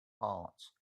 heart